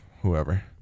whoever